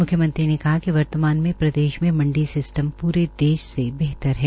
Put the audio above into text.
म्ख्यमंत्री ने कहा कि वर्तमान में हरियाणा में मंडी सिस्टम प्रे देश में बेहतर है